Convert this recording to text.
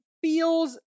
feels